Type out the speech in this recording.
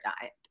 diet